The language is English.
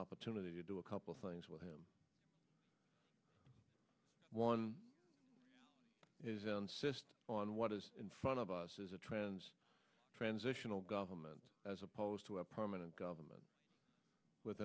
opportunity to do a couple things with him one is insist on what is in front of us is a trend transitional government as opposed to a permanent government with